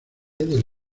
del